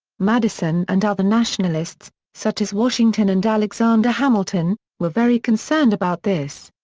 madison and other nationalists, such as washington and alexander hamilton, were very concerned about this.